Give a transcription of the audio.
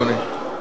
אדוני.